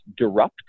Derupt